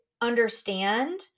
understand